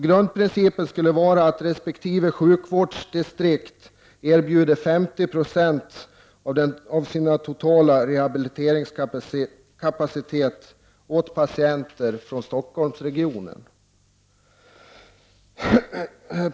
Grundprincipen skulle vara att resp. sjukvårdsdistrikt erbjuder 50 96 av sin totala rehabiliteringskapacitet åt patienter från Stockholmsregionen.